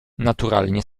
naturalnie